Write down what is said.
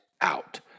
out